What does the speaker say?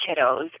kiddos